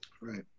Right